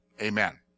amen